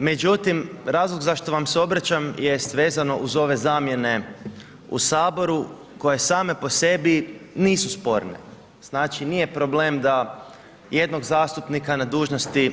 Međutim razlog zašto vam se obraćam jest vezano uz ove zamijene u Saboru koje same po sebi nisu sporne, znači nije problem da jednog zastupnika na dužnosti